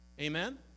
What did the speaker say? Amen